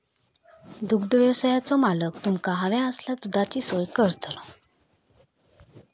दुग्धव्यवसायाचो मालक तुमका हव्या असलेल्या दुधाची सोय करतलो